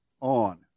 on